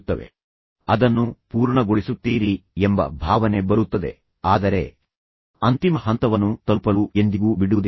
ನೀವು ಮಟ್ಟವನ್ನು ತಲುಪುತ್ತೀರಿ ಮತ್ತು ನೀವು ಅದನ್ನು ಪೂರ್ಣಗೊಳಿಸುತ್ತೀರಿ ಎಂಬ ಭಾವನೆ ನಿಮಗೆ ಬರುತ್ತದೆ ಆದರೆ ನೀವು ಅಂತಿಮ ಹಂತವನ್ನು ತಲುಪಲು ಎಂದಿಗೂ ಬಿಡುವುದಿಲ್ಲ